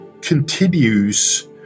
continues